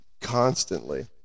constantly